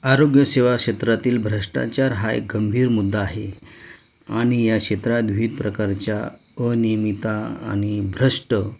आरोग्यसेवा क्षेत्रातील भ्रष्टाचार हा एक गंभीर मुद्दा आहे आणि या क्षेत्रात विविध प्रकारच्या अनियमितता आणि भ्रष्ट